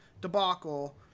debacle